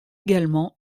également